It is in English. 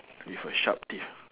with a sharp teeth